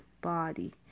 body